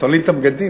ותולים את הבגדים.